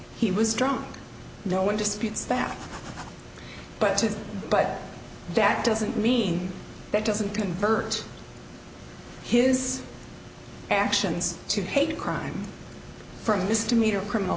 he was drunk no one disputes that but but that doesn't mean that doesn't convert his actions to hate crime for a misdemeanor criminal